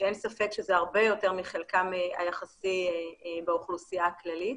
שאין ספק שזה הרבה יותר מחלקם היחסי באוכלוסייה הכללית.